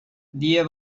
dia